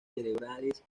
cerebrales